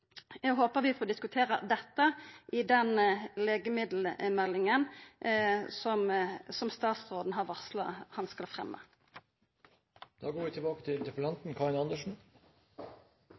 Eg håpar vi får diskutera dette i samband med den legemiddelmeldinga som statsråden har varsla at han skal